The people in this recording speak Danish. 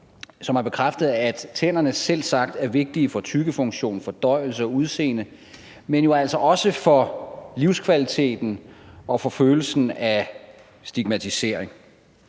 som har bekræftet, at tænderne selvsagt er vigtige for tyggefunktion, fordøjelse og udseende, men altså også for livskvaliteten og for følelsen af stigmatisering.